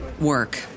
work